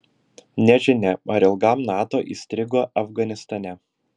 nežinia ar ilgam nato įstrigo afganistane